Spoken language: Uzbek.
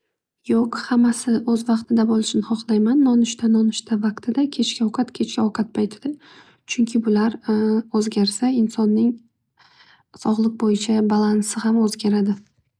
Yo'q hammasi o'z vaqtida bo'lishini hohlayman. Nonushta nonushta vaqtida, kechki ovqat kechki ovqat paytida. Chunki bular o'zgarsa insonning sog'liq bo'yicha balansi ham o'zgaradi.